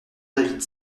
david